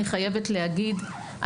אני חייבת להגיד,